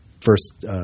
first